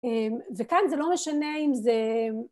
וכאן זה לא משנה אם זה...